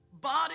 body